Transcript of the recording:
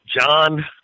John